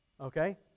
Okay